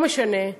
לא משנה,